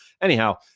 Anyhow